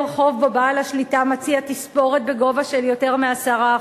חוב שבו בעל השליטה מציע תספורת בגובה של יותר מ-10%.